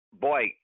boy